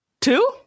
Two